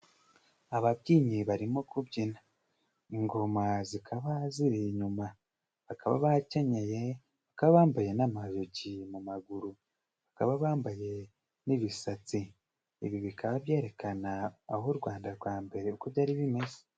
Ababyinnyi barimo kubyina ingoma zikaba ziri inyuma, bakaba bakenyeye bakaba bambaye n'amayogi mu maguru, bakaba bambaye n'ibisatsi. Ibi bikaba byerekana aho u Rwanda rwa mbere uko byari bimeze.